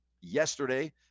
yesterday